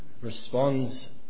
responds